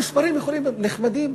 המספרים יכולים להיות נחמדים,